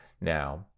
now